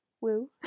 Woo